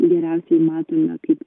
geriausiai matome kaip